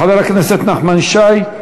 חבר הכנסת נחמן שי,